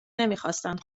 نمیخواستند